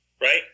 right